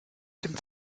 dem